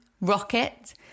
Rocket